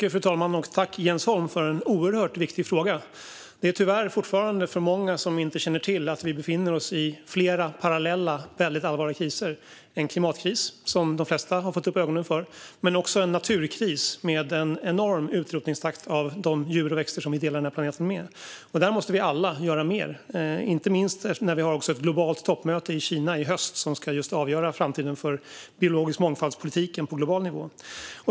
Fru talman! Jag tackar Jens Holm för en oerhört viktig fråga. Det är tyvärr fortfarande för många som inte känner till att vi befinner oss i flera parallella väldigt allvarliga kriser. Det är en klimatkris, som de flesta har fått upp ögonen för, men också en naturkris med en enorm utrotningstakt av de djur och växter som vi delar denna planet med. Där måste vi alla göra mer, inte minst när vi har ett globalt toppmöte i Kina i höst som ska avgöra just framtiden för den biologiska mångfaldspolitiken på global nivå.